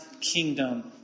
kingdom